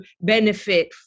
benefit